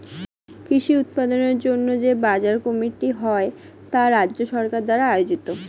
কৃষি উৎপাদনের জন্য যে বাজার কমিটি হয় তা রাজ্য সরকার দ্বারা আয়োজিত